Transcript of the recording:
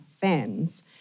fans